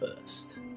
first